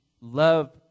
love